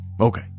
okay